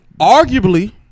Arguably